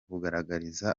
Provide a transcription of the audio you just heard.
kugaragariza